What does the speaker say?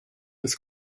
des